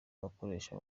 abakoresha